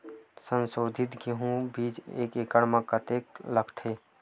संसोधित गेहूं बीज एक एकड़ म कतेकन लगथे?